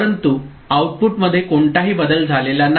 परंतु आउटपुटमध्ये कोणताही बदल झालेला नाही